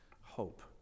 hope